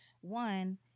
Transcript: one